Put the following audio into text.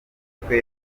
imitwe